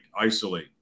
isolate